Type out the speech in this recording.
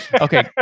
Okay